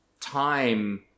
time